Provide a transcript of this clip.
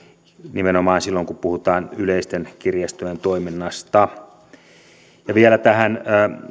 nimenomaan silloin kun puhutaan yleisten kirjastojen toiminnasta vielä tähän